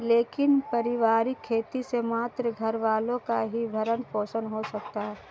लेकिन पारिवारिक खेती से मात्र घरवालों का ही भरण पोषण हो सकता है